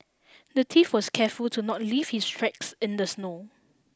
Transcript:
the thief was careful to not leave his tracks in the snow